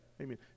Amen